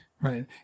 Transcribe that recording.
right